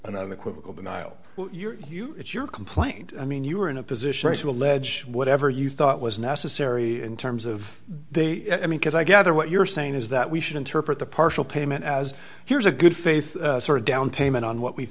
an unequivocal denial it's your complaint i mean you were in a position to allege whatever you thought was necessary in terms of they at me because i gather what you're saying is that we should interpret the partial payment as here's a good faith sort of down payment on what we